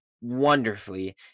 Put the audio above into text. wonderfully